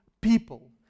people